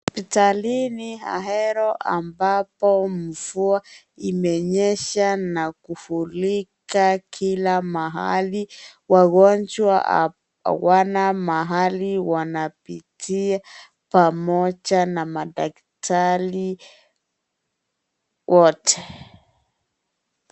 Hospitalini Ahero ambapo mvua imenyesha na kuvurika kila mahali. Wagonjwa hawana mahali, wanapitia pamoja na madaktari Wote.